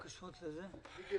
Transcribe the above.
מיקי